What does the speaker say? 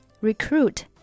recruit